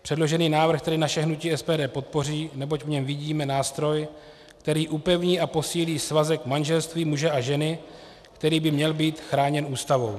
Předložený návrh tedy naše hnutí SPD podpoří, neboť v něm vidíme nástroj, který upevní a posílí svazek manželství muže a ženy, který by měl být chráněn Ústavou.